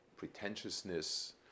pretentiousness